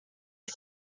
che